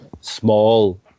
small